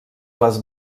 les